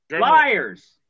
liars